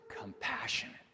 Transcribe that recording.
compassionate